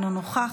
אינו נוכח,